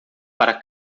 para